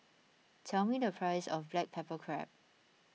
tell me the price of Black Pepper Crab